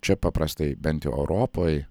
ar čia paprastai bent europoj